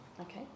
Okay